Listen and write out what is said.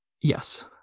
yes